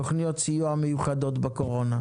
תוכניות סיוע מיוחדות בקורונה.